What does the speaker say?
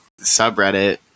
subreddit